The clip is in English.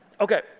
Okay